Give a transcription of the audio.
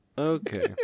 Okay